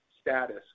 status